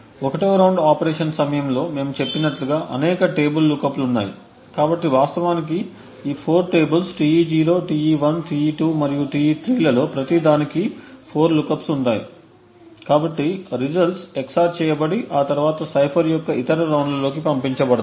1 వ round operation సమయంలో మేము చెప్పినట్లుగా అనేక టేబుల్ లుక్అప్ లు ఉన్నాయి కాబట్టి వాస్తవానికి ఈ 4 టేబుల్స్ Te0 Te1 Te2 మరియు Te3 లలో ప్రతి దానికి 4 లుక్అప్లు ఉంటాయి కాబట్టి రిజల్ట్స్ XOR చేయబడి ఆ తరువాత సైఫర్ యొక్క ఇతర రౌండ్లలోకి పంపించబడతాయి